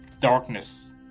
darkness